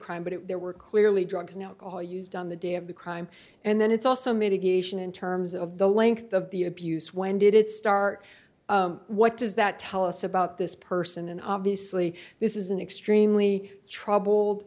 crime but it there were clearly drugs and alcohol used on the day of the crime and then it's also mitigation in terms of the length of the abuse when did it start what does that tell us about this person and obviously this is an extremely troubled